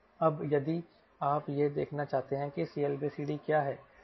अब यदि आप यह देखना चाहते हैं कि CLCD क्या है जो 16 होगी